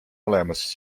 olemas